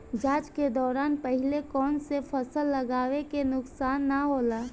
जाँच के दौरान पहिले कौन से फसल लगावे से नुकसान न होला?